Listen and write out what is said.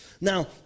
Now